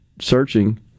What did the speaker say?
searching